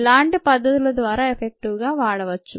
ఇలాంటి పద్దతులు చాలా ఎఫెక్టివ్గా వాడవచ్చు